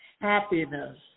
happiness